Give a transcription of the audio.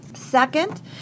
Second